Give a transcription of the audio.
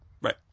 Right